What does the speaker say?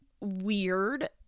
weird